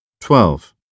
Twelve